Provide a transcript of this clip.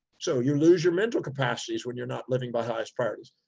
so you lose your mental capacities when you're not living by highest priorities.